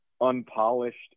unpolished